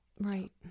Right